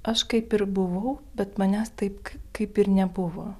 aš kaip ir buvau bet manęs taip kaip ir nebuvo